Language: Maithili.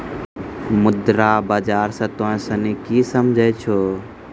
मुद्रा बाजार से तोंय सनि की समझै छौं?